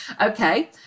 Okay